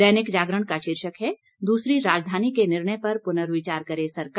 दैनिक जागरण का शीर्षक है दूसरी राजधानी के निर्णय पर पुनर्विचार करे सरकार